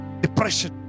Depression